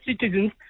citizens